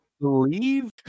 believe